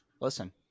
listen